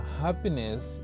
happiness